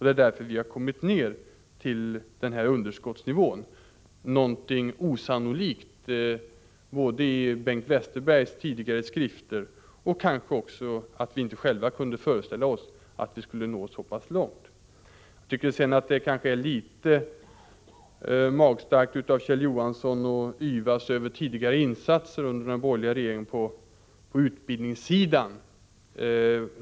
Det är därför vi har kommit ner till den nuvarande underskottsnivån, någonting osannolikt enligt Bengt Westerbergs tidigare skrifter. Kanske hade vi själva inte heller kunnat föreställa oss att vi skulle nå så pass långt. Jag tycker det var litet magstarkt av Kjell Johansson att yvas över insatser under de borgerliga regeringarna på utbildningssidan.